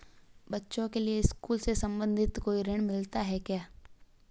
बच्चों के लिए स्कूल से संबंधित कोई ऋण मिलता है क्या?